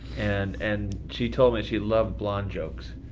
and and she told me she loved blonde jokes.